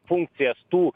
funkcijas tų